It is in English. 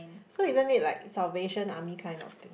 so isn't it like Salvation-Army kind of thing